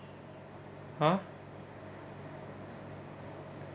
!huh!